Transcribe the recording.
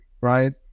right